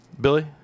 Billy